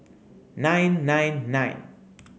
nine nine nine